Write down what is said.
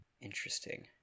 Interesting